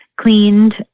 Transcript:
cleaned